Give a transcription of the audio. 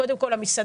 קודם כל המסעדנים,